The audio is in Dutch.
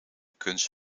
kunst